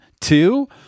two